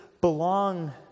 belong